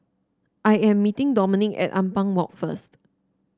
I am meeting Domenic at Ampang Walk first